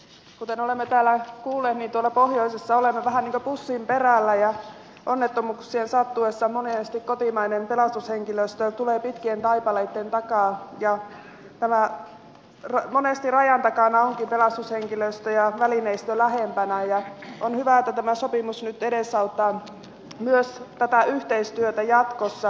kuten olemme täällä kuulleet pohjoisessa olemme vähän niin kuin pussin perällä ja onnettomuuksien sattuessa kotimainen pelastushenkilöstö tulee monesti pitkien taipaleitten takaa ja rajan takana monesti ovatkin pelastushenkilöstö ja välineistö lähempänä ja on hyvä että tämä sopimus nyt edesauttaa myös tätä yhteistyötä jatkossa